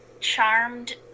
charmed